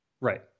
Right